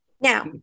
Now